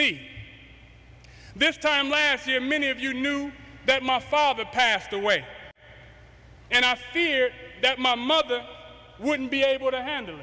in this time last year many of you knew that my father passed away and i fear that my mother wouldn't be able to handle